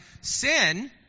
Sin